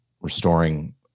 restoring